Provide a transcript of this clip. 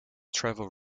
travel